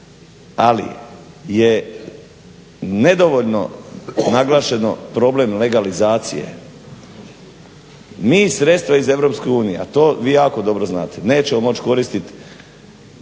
Ali je nedovoljno naglašeno problem legalizacije. Mi sredstva iz EU a to vi jako dobro znate nećemo moć koristiti